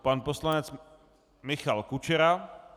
Pan poslanec Michal Kučera.